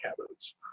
habits